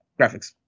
graphics